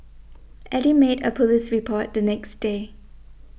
Eddy made a police report the next day